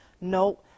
No